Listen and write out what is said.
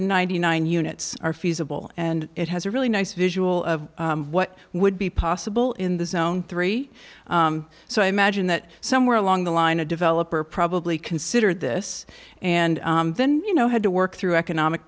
ninety nine units are feasible and it has a really nice visual of what would be possible in the zone three so i imagine that somewhere along the line a developer probably considered this and then you know had to work through economic